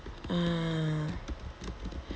ah